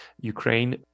Ukraine